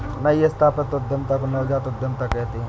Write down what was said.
नई स्थापित उद्यमिता को नवजात उद्दमिता कहते हैं